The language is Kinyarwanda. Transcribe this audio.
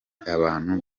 abantu